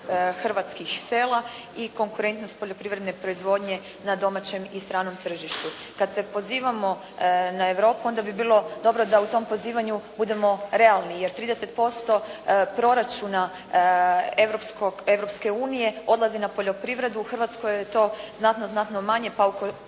hrvatskih sela i konkurentnost poljoprivredne proizvodnje na domaćem i stranom tržištu. Kad se pozivamo na Europu onda bi bilo dobro da u tom pozivanju budemo realni, jer 30% proračuna Europske unije odlazi na poljoprivredu. U Hrvatskoj je to znatno, znatno manje, pa ukoliko